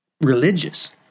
religious